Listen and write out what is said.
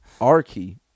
Arky